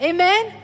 Amen